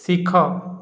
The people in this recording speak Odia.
ଶିଖ